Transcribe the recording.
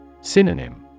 Synonym